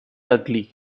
ugly